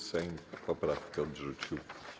Sejm poprawkę odrzucił.